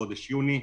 בחודש יוני,